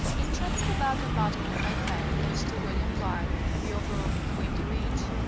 in chatting about the matter with my friend, mr. william riley, the author of windyridge,